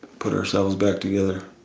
put ourselves back together.